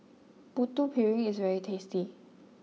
Putu Piring is very tasty